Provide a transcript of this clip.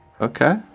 okay